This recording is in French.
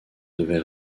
devait